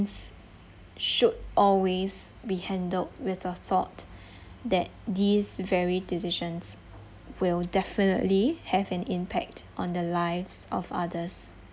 s~ should always be handled with the thought that these varied decisions will definitely have an impact on the lives of others